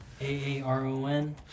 A-A-R-O-N